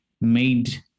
made